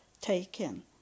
taken